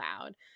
loud